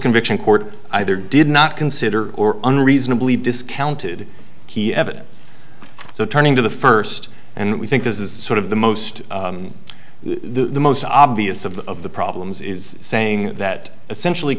conviction court either did not consider or unreasonably discounted key evidence so turning to the first and we think this is sort of the most the most obvious of the of the problems is saying that essentially